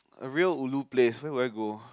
a real ulu place why would I go